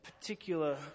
particular